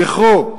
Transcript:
זכרו,